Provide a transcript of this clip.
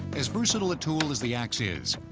as versatile a tool as the axe is,